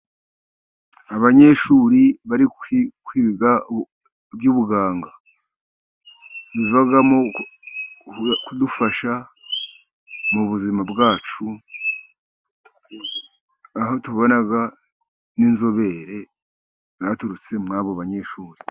Abanyeshuri bari kwiga iby'ubuganga, bivamo kudufasha mu buzima bwacu, aho tubona n'inzobere zaturutse muri abo banyeshuri.